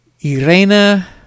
Irena